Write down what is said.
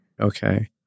Okay